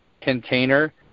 container